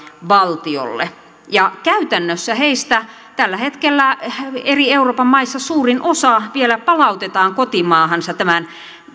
valtiolle ja käytännössä heistä tällä hetkellä eri euroopan maissa suurin osa vielä palautetaan kotimaahansa tämän